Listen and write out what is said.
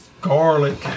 garlic